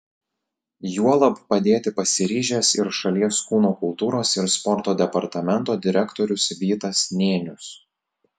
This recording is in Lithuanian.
juolab padėti pasiryžęs ir šalies kūno kultūros ir sporto departamento direktorius vytas nėnius